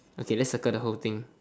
okay let's circle the whole thing